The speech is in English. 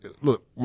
Look